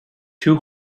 two